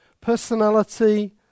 personality